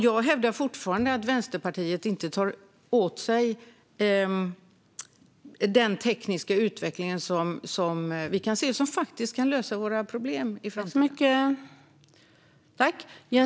Jag hävdar fortfarande att Vänsterpartiet inte tar åt sig kunskap om den tekniska utveckling som faktiskt kan lösa våra problem i framtiden.